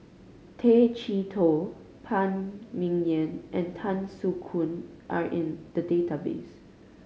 Tay Chee Toh Phan Ming Yen and Tan Soo Khoon are in the database